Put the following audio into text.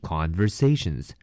Conversations